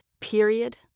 Period